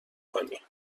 کنی